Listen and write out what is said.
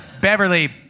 Beverly